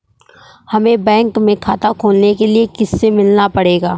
हमे बैंक में खाता खोलने के लिए किससे मिलना पड़ेगा?